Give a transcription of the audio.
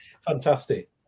fantastic